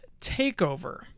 Takeover